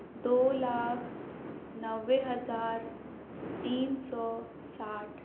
دو لاکھ نبے ہزار تین سو ساٹھ